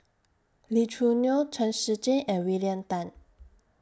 Lee Choo Neo Chen Shiji and William Tan